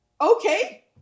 okay